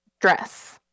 dress